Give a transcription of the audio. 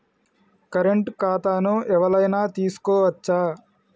Current ఖాతాను ఎవలైనా తీసుకోవచ్చా?